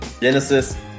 Genesis